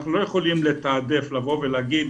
אנחנו לא יכולים לתעדף, לבוא ולהגיד